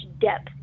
depth